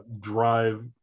drive